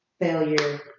failure